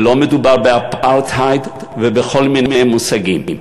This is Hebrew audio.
ולא מדובר באפרטהייד ובכל מיני מושגים.